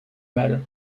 mal